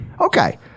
Okay